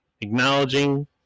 acknowledging